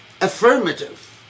affirmative